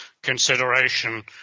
consideration